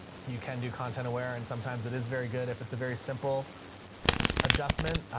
you can do content aware and sometimes it is very good if it's a very simple adjustment,